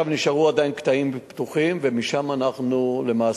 נשארו עדיין קטעים פתוחים, ומשם למעשה